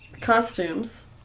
Costumes